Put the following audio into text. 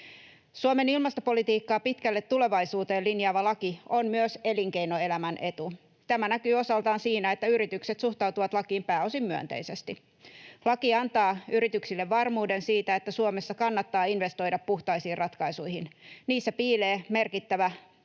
Suomen ilmastopolitiikkaa pitkälle tulevaisuuteen linjaava laki on myös elinkeinoelämän etu. Tämä näkyy osaltaan siinä, että yritykset suhtautuvat lakiin pääosin myönteisesti. Laki antaa yrityksille varmuuden siitä, että Suomessa kannattaa investoida puhtaisiin ratkaisuihin. Niissä piilee merkittävä